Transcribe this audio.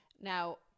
Now